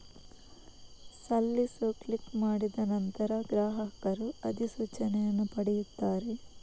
ಸಲ್ಲಿಸು ಕ್ಲಿಕ್ ಮಾಡಿದ ನಂತರ, ಗ್ರಾಹಕರು ಅಧಿಸೂಚನೆಯನ್ನು ಪಡೆಯುತ್ತಾರೆ